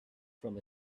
from